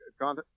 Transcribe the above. gone